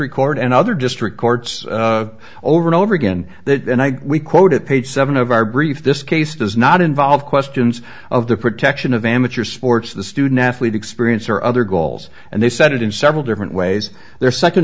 district court and other district courts over and over again that and i we quote at page seven of our brief this case does not involve questions of the protection of amateur sports the student athlete experience or other goals and they said it in several different ways their second